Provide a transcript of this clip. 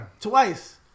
twice